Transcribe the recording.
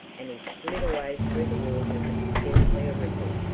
and he slid away through the water with scarcely a ripple.